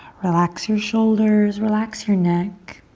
relax your shoulders, relax your neck.